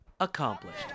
Accomplished